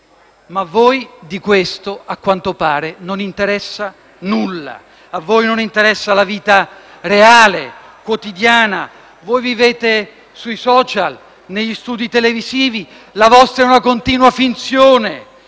Ma a voi di questo, a quanto pare, non interessa nulla. A voi non interessa la vita reale e quotidiana. Voi vivete sui *social*, negli studi televisivi. La vostra è una continua finzione.